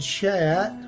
chat